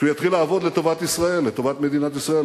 שיתחיל לעבוד לטובת ישראל, לטובת מדינת ישראל.